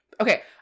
Okay